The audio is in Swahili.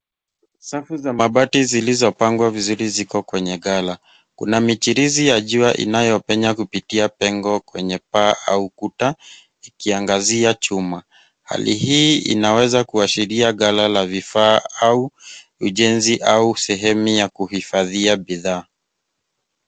Safu za mabati zilizopangwa vizuri ziko kwenye ghala. Kuna michirizi ya jua inayopenya kupitia pengo kwenye paa au ukuta ikiangazia chuma. Hali hii inaweza kuashiria ghala la vifaa au ujenzi au sehemu ya kuhifadhia bidhaa.